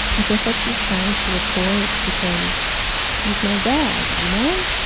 i guess i keep trying to record because he's my dad, you know?